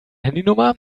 handynummer